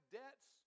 debts